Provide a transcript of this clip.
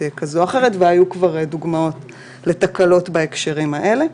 והיו כבר דוגמאות לתקלות בהקשרים האלה.